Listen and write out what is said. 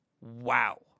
wow